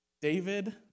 David